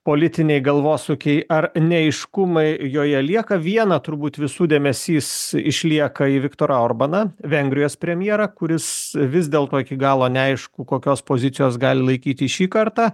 politiniai galvosūkiai ar neaiškumai joje lieka viena turbūt visų dėmesys išlieka į viktorą orbaną vengrijos premjerą kuris vis dėlto iki galo neaišku kokios pozicijos gali laikytis šį kartą